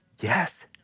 Yes